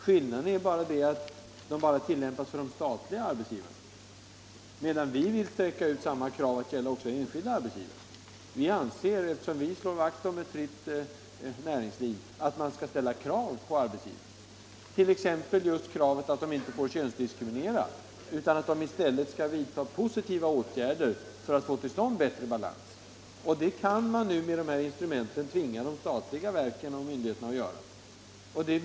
Skillnaden är bara den att kraven endast tillämpas för de statliga arbetsgivarna, medan vi vill sträcka ut samma krav till at gälla också de enskilda arbetsgivarna. Eftersom vi vill slå vakt om ett fritt näringsliv, anser vi att man skall ställa krav på arbetsgivarna, exempelvis kravet att de inte får könsdiskriminera någon, utan att de i stället skall vidta positiva åtgärder för att få till stånd bättre balans. Med Kvinnor i statlig 110 de instrument som vi i dag diskuterar kan man tvinga de statliga myndigheterna att vidta sådana åtgärder.